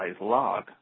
log